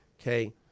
Okay